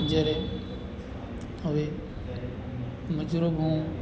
જ્યારે હવે મજૂરોનું